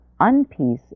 unpeace